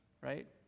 right